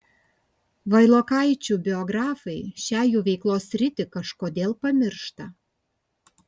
vailokaičių biografai šią jų veiklos sritį kažkodėl pamiršta